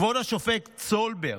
כבוד השופט סולברג,